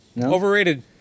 overrated